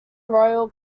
royal